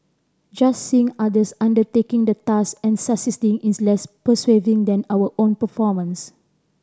just seeing others undertaking the task and is less persuasive than our own performance